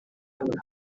gusa